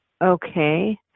Okay